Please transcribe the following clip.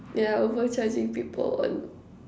yeah overcharging people on